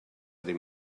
eddie